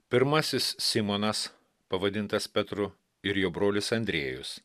pirmasis simonas pavadintas petru ir jo brolis andrėjus